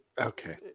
okay